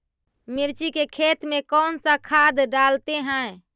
मिर्ची के खेत में कौन सा खाद डालते हैं?